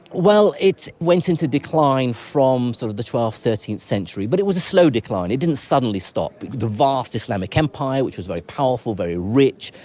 well, it went into decline from sort of the twelfth, thirteenth century, but it was a slow decline, it didn't suddenly stop. the vast islamic empire, which was very powerful, very rich,